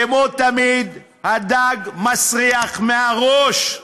כמו תמיד הדג מסריח מהראש.